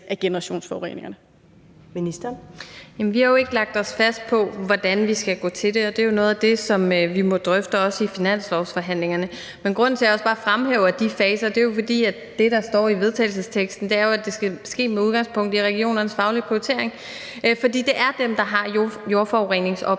Miljøministeren (Lea Wermelin): Jamen vi har jo ikke lagt os fast på, hvordan vi skal gå til det. Det er jo noget af det, vi også må drøfte i finanslovsforhandlingerne. Men grunden til, at jeg også bare fremhæver de faser, er jo, at det, der står i forslaget til vedtagelse, jo er, at det skal ske med udgangspunkt i regionernes faglige prioritering, for det er dem, der har jordforureningsopgaven